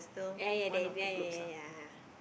ya ya that's ya ya ya ya